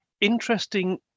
interesting